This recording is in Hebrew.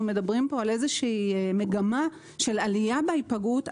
מדברים כאן על איזושהי מגמה של עלייה בהיפגעות,